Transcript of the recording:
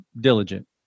diligent